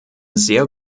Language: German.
sehr